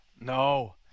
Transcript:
No